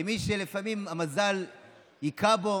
למי שלפעמים המזל הכה בו